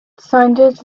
sounded